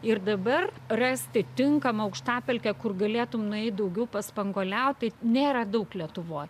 ir dabar rasti tinkamą aukštapelkę kur galėtum nueit daugiau paspanguoliaut tai nėra daug lietuvoj